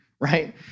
right